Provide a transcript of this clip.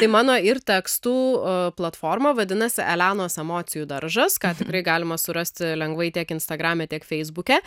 tai mano ir tekstų platforma vadinasi elenos emocijų daržas ką tikrai galima surasti lengvai tiek instagrame tiek feisbuke